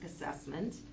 assessment